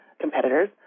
competitors